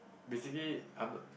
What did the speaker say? basically I'm not